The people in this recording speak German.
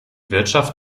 wirtschaft